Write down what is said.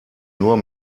nur